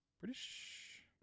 british